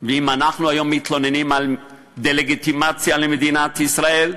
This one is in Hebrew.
ואם אנחנו היום מתלוננים על דה-לגיטימציה למדינת ישראל,